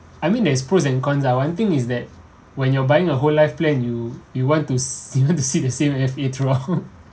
I mean there's pros and cons ah one thing is that when you're buying a whole life plan you you want to se~ you want to see the same as me throughout